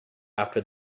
after